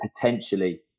potentially